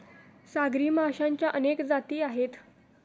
सागरी माशांच्या अनेक जाती आहेत